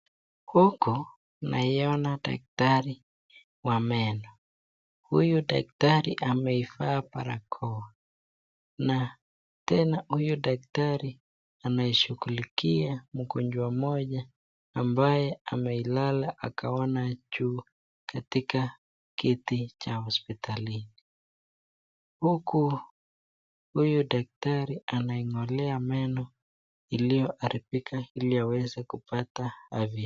Huku naiona daktari wa meno huyu daktari ameivaa barakoa na tena huyu daktari ameshughulikia mgonjwa mmoja ambaye amelala akaona juu katika kiti cha hospitalini. Huku huyu daktari anaiong'olea meno iliyoharibika ili aweze kupata afya.